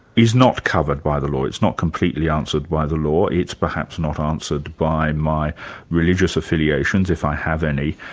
is not covered by the law, it's not completely answered by the law, it's perhaps not answered by my religious affiliations if i have any,